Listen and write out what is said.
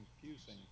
confusing